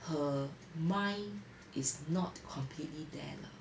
her mind is not completely there lah